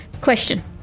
Question